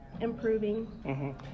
improving